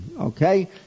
okay